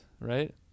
right